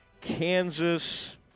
Kansas